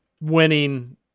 winning